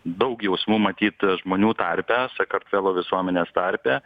daug jausmų matyt žmonių tarpe sakartvelo visuomenės tarpe